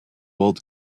old